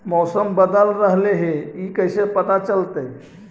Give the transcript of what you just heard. मौसम बदल रहले हे इ कैसे पता चलतै?